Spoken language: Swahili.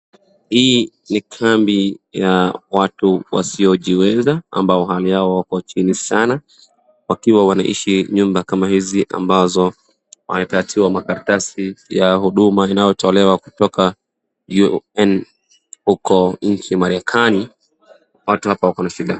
Hii ni kambi ya watu wasiojiweza, ambao hali yao wako chini sana, wakiwa wanaishi nyumba kama hizi ambazo wamepeatiwa makaratasi ya huduma inayotolewa kutoka UN huko nchi Marekani. Watu hapa wako na shida.